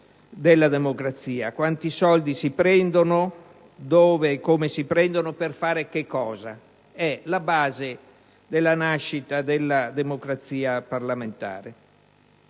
quanti soldi si prendono, dove e come si prendono e per fare che cosa; si tratta della base della nascita della democrazia parlamentare.